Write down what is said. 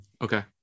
Okay